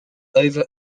over